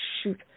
shoot